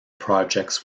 projects